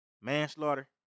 manslaughter